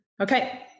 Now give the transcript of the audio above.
Okay